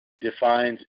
defines